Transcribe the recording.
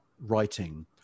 writing